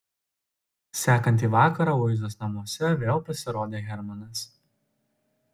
sekantį vakarą luizos namuose vėl pasirodė hermanas